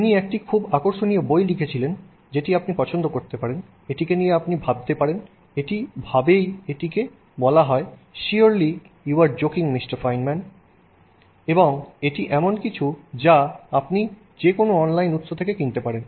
তিনি একটি খুব আকর্ষণীয় বই লিখেছেন যেটি আপনি পছন্দ করতে পারেন এটিকে নিয়ে আপনি ভাবতে পারেন এই ভাবেই এটিকে বলা হয় সিওরলি ইউ আর জোকিং মি ফাইনম্যান এবং এটি এমন কিছু যা আপনি যেকোনো অনলাইন উৎস থেকে কিনতে পারেন